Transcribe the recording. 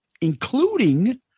including